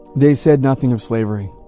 they said nothing of slavery.